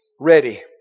ready